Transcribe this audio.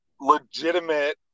legitimate